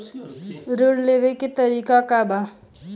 ऋण लेवे के तरीका का बा?